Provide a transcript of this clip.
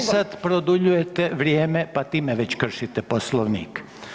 Vi sad produljujete vrijeme pa time već kršite Poslovnik.